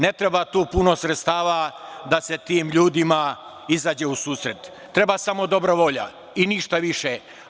Ne treba tu puno sredstava da se tim ljudima izađe u susret, treba samo dobra volja i ništa više.